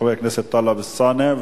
חבר הכנסת טלב אלסאנע.